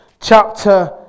chapter